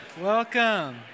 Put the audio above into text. welcome